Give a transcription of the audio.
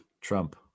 Trump